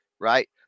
right